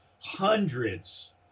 hundreds